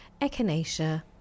Echinacea